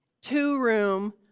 two-room